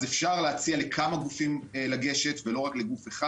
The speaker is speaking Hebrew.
אז אפשר להציע לכמה גופים לגשת, ולא רק לגוף אחד.